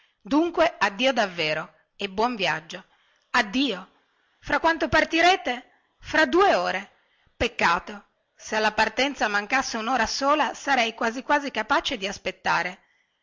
dunque addio davvero e buon viaggio addio fra quanto partirete fra due ore peccato se alla partenza mancasse unora sola sarei quasi quasi capace di aspettare